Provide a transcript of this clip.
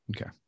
Okay